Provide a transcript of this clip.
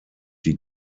die